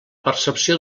percepció